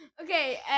okay